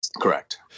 correct